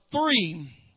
three